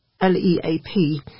L-E-A-P